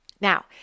Now